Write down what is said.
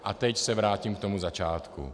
A teď se vrátím k tomu začátku.